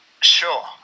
Sure